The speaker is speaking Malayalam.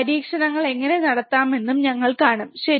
പരീക്ഷണങ്ങൾ എങ്ങനെ നടത്താമെന്ന് ഞങ്ങൾ കാണും ശരി